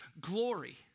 glory